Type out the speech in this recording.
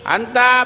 Anta